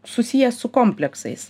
susijęs su kompleksais